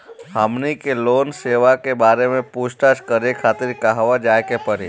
हमनी के लोन सेबा के बारे में पूछताछ करे खातिर कहवा जाए के पड़ी?